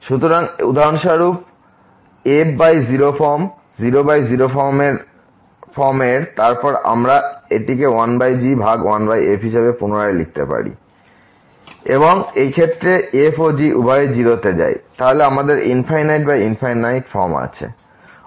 সুতরাং উদাহরণস্বরূপ এই f0 ফর্ম 00 এর তারপর আমরা এটি 1g ভাগ 1fহিসাবে পুনরায় লিখতে পারি এবং এই ক্ষেত্রে যদি এই f এবং g উভয়ই 0 এ যায় তাহলে আমাদের ∞∞ ফর্ম আছে